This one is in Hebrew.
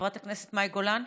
חברת הכנסת מאי גולן.